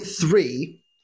three